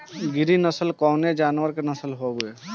गिरी नश्ल कवने जानवर के नस्ल हयुवे?